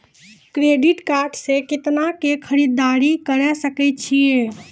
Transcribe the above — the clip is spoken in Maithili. क्रेडिट कार्ड से कितना के खरीददारी करे सकय छियै?